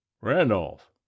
Randolph